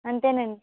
అంతేనండి